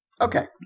Okay